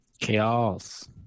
Chaos